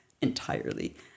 entirely